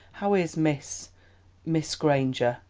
how is miss miss granger?